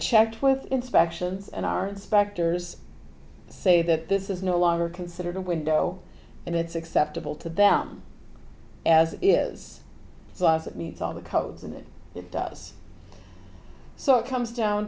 checked with inspections and our inspectors say that this is no longer considered a window and that's acceptable to them as is so awesome meets all the codes and it it does so it comes down